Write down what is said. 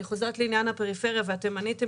אני חוזרת לעניין הפריפריה ואתם עניתם